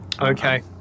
Okay